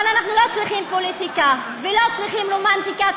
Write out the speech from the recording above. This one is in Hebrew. אבל אנחנו לא צריכים פוליטיקה ולא צריכים רומנטיקה,